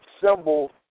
symbol